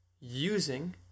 using